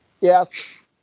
yes